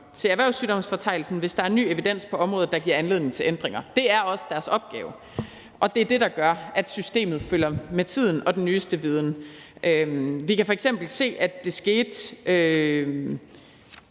til erhvervssygdomsfortegnelsen, hvis der er ny evidens på området, der giver anledning til ændringer. Det er deres opgave, og det er det, der gør, at systemet følger med tiden og den nyeste viden. Vi kan f.eks. se, at det skete